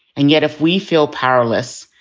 and yet, if we feel powerless,